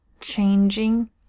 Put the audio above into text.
changing